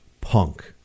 punk